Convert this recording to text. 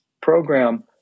program